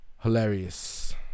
hilarious